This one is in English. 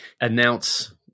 announce